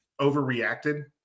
overreacted